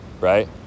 right